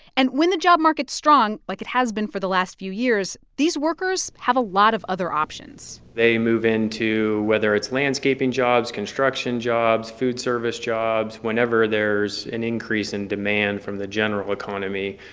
and when the job market's strong, like it has been for the last few years, these workers have a lot of other options they move into whether it's landscaping jobs, construction jobs, food service jobs, whenever there's an increase in demand from the general economy,